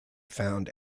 found